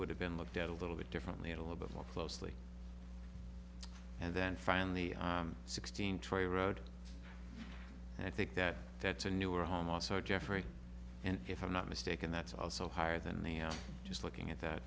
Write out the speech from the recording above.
would have been looked at a little bit differently in a little bit more closely and then finally sixteen try road and i think that that's a newer home also jeffrey and if i'm not mistaken that's also higher than they are just looking at that